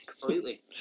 Completely